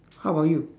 how about you